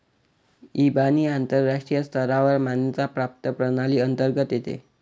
इबानी आंतरराष्ट्रीय स्तरावर मान्यता प्राप्त प्रणाली अंतर्गत येते